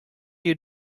you